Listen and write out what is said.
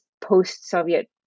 post-Soviet